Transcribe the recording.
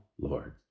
Lord